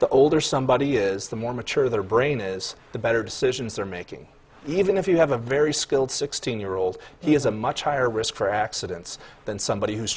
the older somebody is the more mature their brain is the better decisions they're making even if you have a very skilled sixteen year old he is a much higher risk for accidents than somebody who